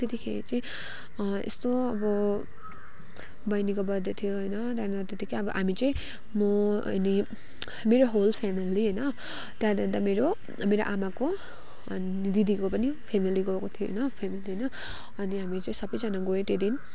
त्यतिखेर चाहिँ यस्तो अब बहिनीको बर्थडे थियो होइन त्यहाँनिर त्यतिकै हामी चाहिँ म अनि मेरो होल फेमेली होइन त्यहाँदेखि अन्त मेरो आमाको दिदीको पनि फेमेली गएको थियो होइन फेमेली होइन अनि हामी चाहिँ सबैजना गयो त्यो दिन